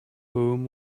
whom